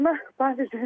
na pavyzdžiui